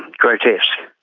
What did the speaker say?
grotesque,